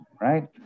right